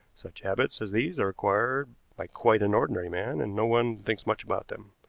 such habits as these are acquired by quite an ordinary man, and no one thinks much about them.